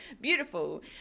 Beautiful